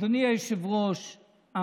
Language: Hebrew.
אדוני היושב-ראש,